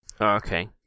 Okay